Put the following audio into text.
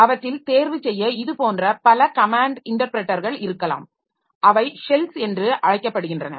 அவற்றில் தேர்வு செய்ய இதுபோன்ற பல கமேன்ட் இன்டர்ப்ரெட்டர்கள் இருக்கலாம் அவை ஷெல்ஸ் என்று அழைக்கப்படுகின்றன